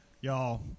Y'all